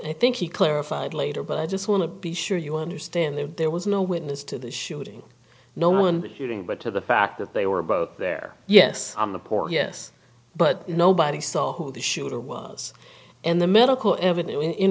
i think he clarified later but i just want to be sure you understand that there was no witness to the shooting no one hearing but to the fact that they were both there yes on the porch yes but nobody saw who the shooter was and the medical evidence in